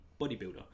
bodybuilder